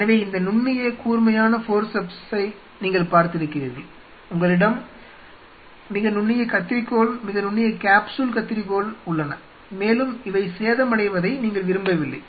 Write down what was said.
எனவே இந்த நுண்ணிய கூர்மையான ஃபோர்செப்ஸை forceps நீங்கள் பார்த்திருக்கிறீர்கள் உங்களிடம் மிக நுண்ணிய கத்தரிக்கோல் மிக நுண்ணிய காப்ஸ்யூல் கத்தரிக்கோல் உள்ளன மேலும் இவை சேதமடைவதை நீங்கள் விரும்பவில்லை